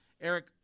Eric